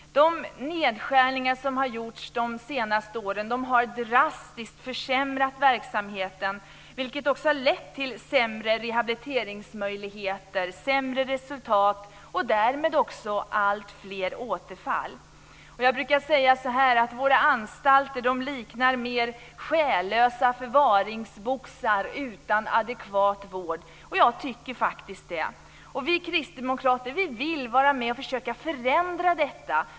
De nedskärningar som har gjorts under de senaste åren har drastiskt försämrat verksamheten, vilket också har lett till sämre rehabiliteringsmöjligheter, sämre resultat och därmed också alltfler återfall. Jag brukar säga att våra anstalter liknar själlösa förvaringsboxar utan adekvat vård. Och jag tycker faktiskt det. Vi kristdemokrater vill vara med och försöka förändra detta.